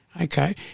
okay